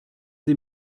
sie